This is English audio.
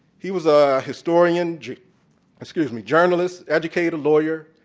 he was a historian excuse me, journalist, educator, lawyer,